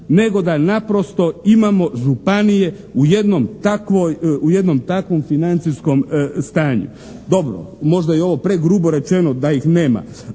nego da naprosto imamo županije u jednom takvom financijskom stanju. Dobro, možda je ovo pregrubo rečeno da ih nema,